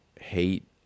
hate